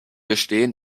gestehen